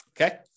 Okay